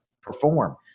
perform